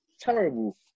terrible